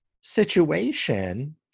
situation